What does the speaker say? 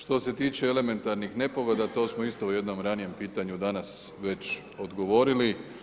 Što se tiče elementarnih nepogoda, to smo isto u jednom ranijem pitanju danas već odgovorili.